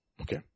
Okay